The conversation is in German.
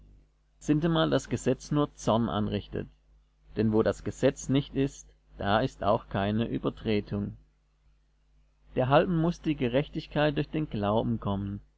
sintemal das gesetz nur zorn anrichtet denn wo das gesetz nicht ist da ist auch keine übertretung derhalben muß die gerechtigkeit durch den glauben kommen